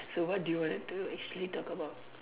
so what do you want to actually talk about